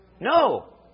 No